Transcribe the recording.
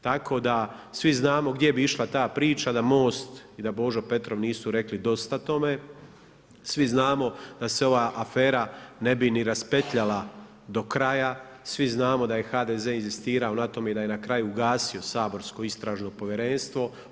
Tako da svi znamo gdje bi išla ta priča da MOST i da Božo Petrov nisu rekli dosta tome, svi znamo da se ova afera ne bi ni raspetljala do kraja, svi znamo da je HDZ inzistirao na tome i da je na kraju ugasio saborsko istražno povjerenstvo.